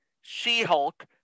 She-Hulk